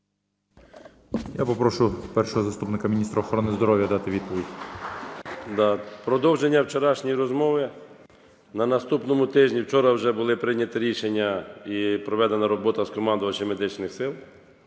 Я попрошу першого заступника міністра охорони здоров'я дати відповідь. 10:52:22 ГАВРИЛЮК І.Ю. В продовження вчорашньої розмови. На наступному тижні, вчора вже були прийняті рішення і проведена робота з командувачем Медичних сил